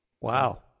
Wow